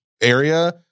area